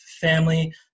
family